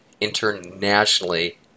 internationally